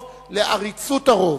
הרוב,